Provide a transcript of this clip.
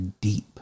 deep